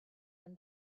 and